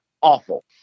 Awful